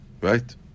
right